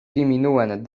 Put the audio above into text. diminuen